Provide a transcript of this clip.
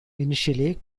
initially